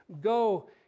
go